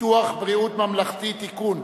ביטוח בריאות ממלכתי (תיקון,